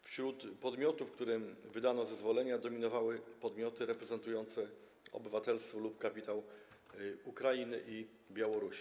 Wśród podmiotów, którym wydano zezwolenia, dominowały podmioty reprezentujące obywatelstwo lub kapitał Ukrainy i Białorusi.